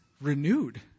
renewed